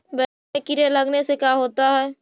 बैंगन में कीड़े लगने से का होता है?